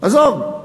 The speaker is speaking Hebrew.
עזוב.